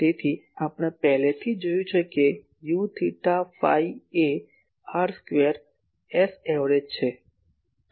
તેથી આપણે પહેલેથી જ જોયું છે કે U થેટા ફાઈ એ r સ્ક્વેર Saverage છે